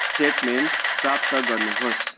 statement प्राप्त गर्नुहोस्